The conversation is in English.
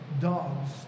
dogs